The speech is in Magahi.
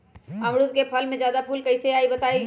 अमरुद क फल म जादा फूल कईसे आई बताई?